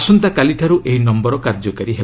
ଆସନ୍ତାକାଲିଠାର୍ଚ୍ଚ ଏହି ନମ୍ଘର କାର୍ଯ୍ୟକାରୀ ହେବ